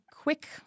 quick